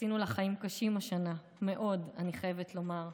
שעשינו לה חיים קשים השנה, מאוד, אני חייבת לומר,